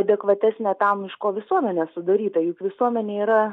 adekvatesnė tam iš ko visuomenė sudaryta juk visuomenė yra